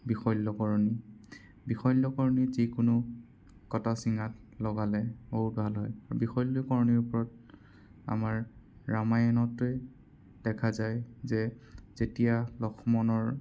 বিশল্যকৰণী বিশল্যকৰণী যিকোনো কটা ছিঙাত লগালে বহু ভাল হয় বিশল্যকৰণীৰ ওপৰত আমাৰ ৰামায়ণতে দেখা যায় যে যেতিয়া লক্ষ্মণৰ